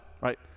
right